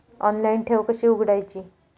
Online ठेव कशी उघडायची?